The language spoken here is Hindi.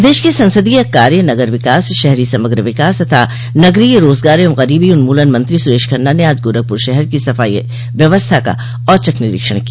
प्रदेश के संसदीय कार्य नगर विकास शहरी समग्र विकास तथा नगरीय रोजगार एवं गरीबी उन्मूलन मंत्री सुरेश खन्ना ने आज गोरखपुर शहर की सफाई व्यवस्था का औचक निरीक्षण किया